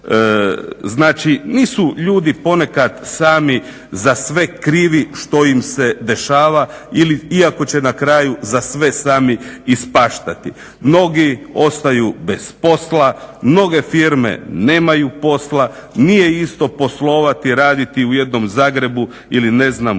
Znači nisu ljudi ponekad sami za sve krivi što im se dešava iako će na kraju za sve sami ispaštati. Mnogi ostaju bez posla, mnoge firme nemaju posla, nije isto poslovati, raditi u jednom Zagrebu ili u Glini,